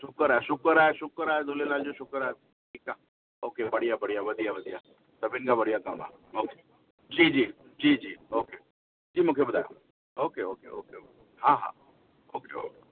शुकर आहे शुकर आहे शुकर आहे झूलेलाल जो शुकर आहे ठीकु आहे ओके बढ़िया बढ़िया वदिया वदिया सभिनि खां बढ़िया कम ओके जी जी जी जी ओके जी मूंखे ॿुधायो ओके ओके ओके हा हा ओके ओके